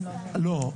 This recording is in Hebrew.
לא,